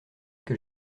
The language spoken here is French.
que